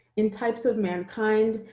in types of mankind,